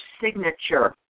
signature